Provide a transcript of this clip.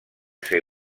ser